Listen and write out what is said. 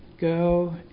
go